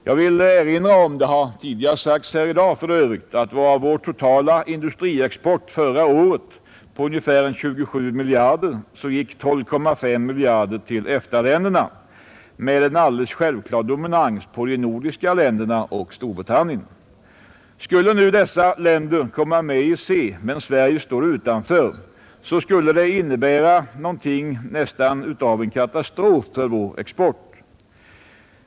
Jag vill erinra om — det har för övrigt tidigare sagts här i dag — att av vår totala industriexport förra året på ungefär 27 miljarder kronor gick 12,5 miljarder till EFTA-länderna med en alldeles självklar dominans för de nordiska länderna och Storbritannien. Skulle nu dessa länder komma med i EEC, medan Sverige står utanför, skulle det innebära någonting näst intill en katastrof för vår export.